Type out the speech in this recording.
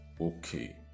okay